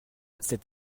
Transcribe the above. cet